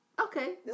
Okay